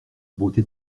beauté